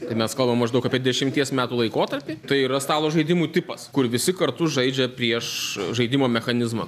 tai mes kalbam maždaug apie dešimties metų laikotarpį tai yra stalo žaidimų tipas kur visi kartu žaidžia prieš žaidimo mechanizmą